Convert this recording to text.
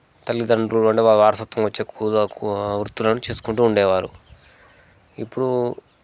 తల్లిదండ్రులు వా వారసత్వం వచ్చే కు వృత్తులను చేసుకుంటూ ఉండేవారు ఇప్పుడు